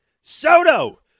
Soto